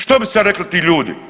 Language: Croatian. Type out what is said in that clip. Što bi sad rekli ti ljudi?